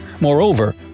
Moreover